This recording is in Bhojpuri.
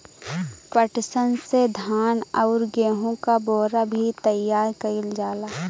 पटसन से धान आउर गेहू क बोरा भी तइयार कइल जाला